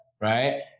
right